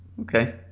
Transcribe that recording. Okay